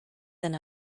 than